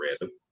random